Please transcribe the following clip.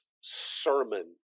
sermon